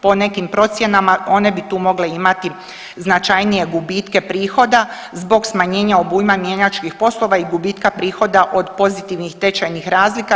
Po nekim procjenama one bi tu mogle imati značajnije gubitke prihoda zbog smanjenja obujma mjenjačkih poslova i gubitka prihoda od pozitivnih tečajnih razlika.